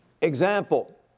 Example